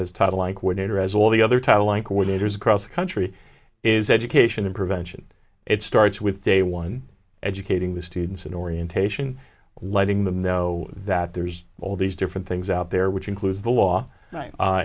coordinators across the country is education and prevention it starts with day one educating the students in orientation winding them know that there's all these different things out there which includes the law